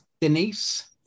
Denise